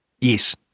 Yes